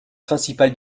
principal